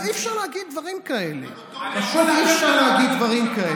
אז אי-אפשר להגיד דברים כאלה.